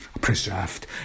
preserved